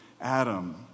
Adam